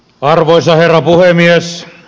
arvoisa herra puhemies